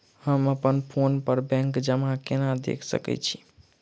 हम अप्पन फोन पर बैंक जमा केना देख सकै छी?